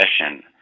session